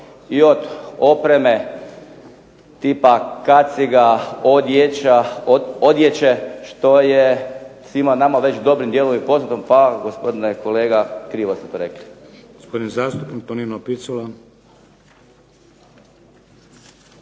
i od opreme tipa kaciga, odjeće što je svima nama jednim dijelom poznato, pa gospodine kolega krivo ste rekli. **Šeks, Vladimir